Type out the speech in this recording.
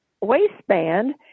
waistband